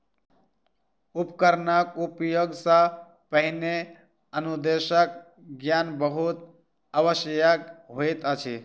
उपकरणक उपयोग सॅ पहिने अनुदेशक ज्ञान बहुत आवश्यक होइत अछि